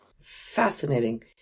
Fascinating